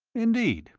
indeed?